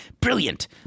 brilliant